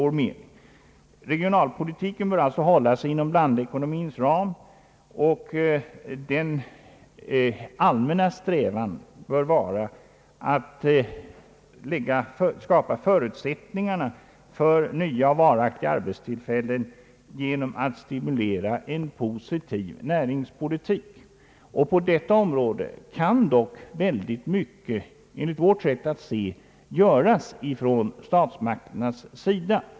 Regionalpolitiken bör således hålla sig inom blandekonomins ram, och den allmänna strävan bör vara att skapa förutsättningar för nya och varaktiga arbetstillfällen genom stimulans av en positiv näringspolitik. Enligt vårt sätt att se kan mycket göras på detta område från statsmakternas sida.